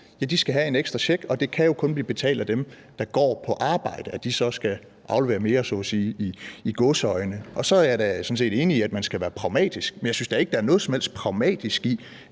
skal have en ekstra check? Og det kan jo kun blive betalt af dem, der går på arbejde; altså de skal så aflevere mere så at sige – i gåseøjne. Jeg er da sådan set enig i, at man skal være pragmatisk, men jeg synes da ikke, der er noget som helst pragmatisk i,